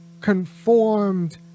conformed